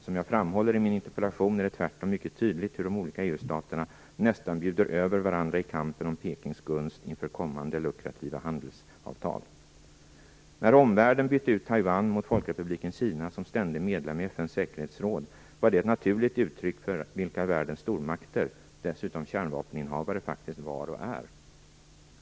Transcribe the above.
Som jag framhåller i min interpellation är det tvärtom mycket tydligt hur de olika EU-staterna nästan bjuder över varandra i kampen om Pekings gunst inför kommande lukrativa handelsavtal. När omvärlden bytte ut Taiwan mot folkrepubliken Kina som ständig medlem i FN:s säkerhetsråd var det ett naturligt uttryck för vilka världens stormakter, dessutom kärnvapeninnehavare, faktiskt var och är.